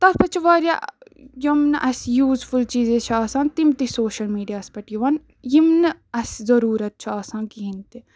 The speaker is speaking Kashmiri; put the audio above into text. تَتھ پٮ۪ٹھ چھِ واریاہ یِم نہٕ اَسہِ یوٗزفُل چیٖزٕے چھِ آسان تِم تہِ چھِ سوشَل میٖڈیاہَس پٮ۪ٹھ یِوان یِم نہٕ اَسہِ ضٔروٗرت چھُ آسان کِہیٖنۍ تہِ